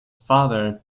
father